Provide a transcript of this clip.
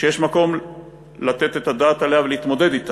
שיש מקום לתת את הדעת עליה ולהתמודד אתה